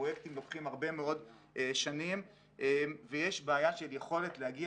פרויקטים לוקחים הרבה מאוד שנים ויש בעיה של יכולת להגיע